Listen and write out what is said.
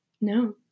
No